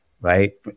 right